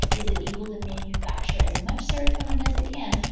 is it able to manufacture as much serotonin as it can?